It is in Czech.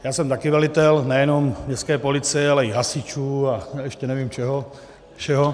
Já jsem také velitel nejenom městské policie, ale i hasičů a nevím čeho všeho.